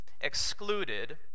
excluded